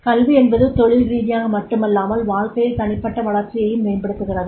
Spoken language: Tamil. கல்வி என்பது தொழில் ரீதியாக மட்டுமல்லாமல் வாழ்க்கையில் தனிப்பட்ட வளர்ச்சியையும் மேம்படுத்துகிறது